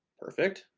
perfect.